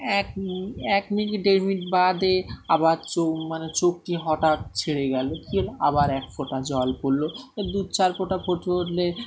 এক এক মিনিট দেড় মিনিট বাদে আবার চোখ মানে চোখটি হঠাৎ ছেড়ে গেল ক আবার এক ফোঁটা জল পড়লো দু চার ফোঁটা ফটে উঠলে